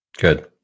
Good